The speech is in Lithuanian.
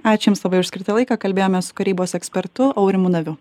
ačiū jums labai už skirtą laiką kalbėjomės su karybos ekspertu aurimu naviu